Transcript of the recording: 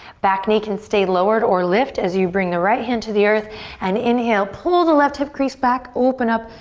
back knee can stay lowered or lift as you bring the right hand to the earth and inhale, pull the left hip crease back. open up,